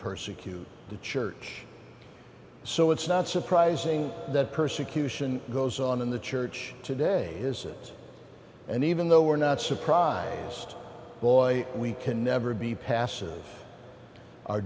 persecute the church so it's not surprising that persecution goes on in the church today is it and even though we're not surprised boy we can never be passive our